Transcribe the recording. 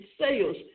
sales